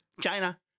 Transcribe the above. China